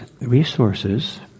resources